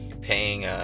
paying